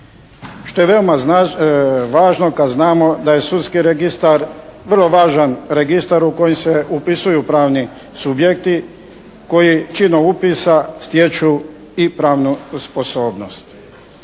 što je veoma važno kad znamo da je sudski registar vrlo važan registar u koji se upisuju pravni subjekti koji činom upisa stječu i pravnu sposobnost.